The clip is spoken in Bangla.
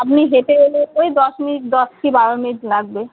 আপনি হেঁটে এলে ওই দশ মিনিট দশ কি বারো মিনিট লাগবে